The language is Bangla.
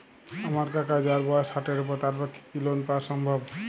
আমার কাকা যাঁর বয়স ষাটের উপর তাঁর পক্ষে কি লোন পাওয়া সম্ভব?